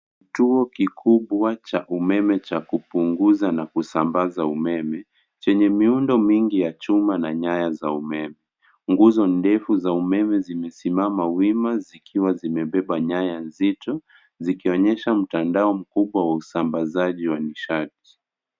Kituo kikubwa cha umeme cha kupunguza na kusambaza umeme chenye miundo mingi ya chuma na nyaya za umeme. Nguzo ndefu za umeme zimesimama wima zikiwa zimebeba nyaya nzito zikionyesha mtandao mkubwa wa usambazaji wa nishati.